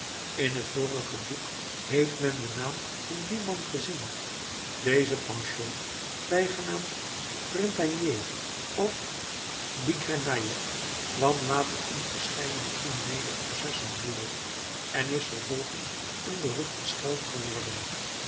in het vorige boek heeft men den naam van dien man gezien deze panchaud bijgenaamd printanier of bigrenaille kwam later in verscheidene crimineele processen voor en is vervolgens een beruchte schelm geworden